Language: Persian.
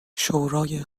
شورای